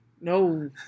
No